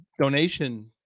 donation